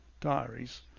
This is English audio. diaries